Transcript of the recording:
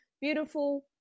beautiful